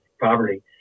poverty